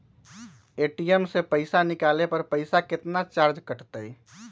ATM से पईसा निकाले पर पईसा केतना चार्ज कटतई?